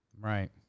right